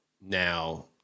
now